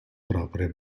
propria